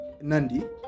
Nandi